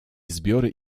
zbiory